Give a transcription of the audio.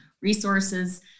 resources